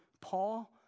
Paul